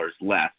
less